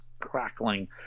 crackling